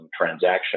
transaction